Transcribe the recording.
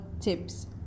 tips